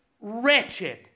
wretched